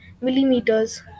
millimeters